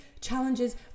challenges